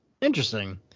Interesting